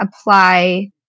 apply